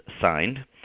signed